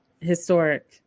historic